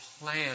plan